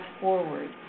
forward